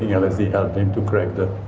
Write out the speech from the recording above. yeah lsd helped him to create the